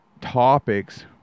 topics